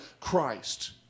Christ